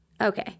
Okay